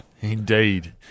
Indeed